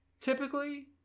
typically